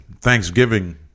Thanksgiving